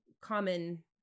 common